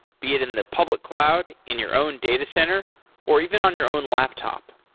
be it in the public cloud, in your own data center or even on your own laptop.